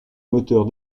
moteurs